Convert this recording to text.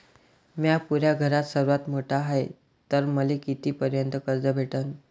म्या पुऱ्या घरात सर्वांत मोठा हाय तर मले किती पर्यंत कर्ज भेटन?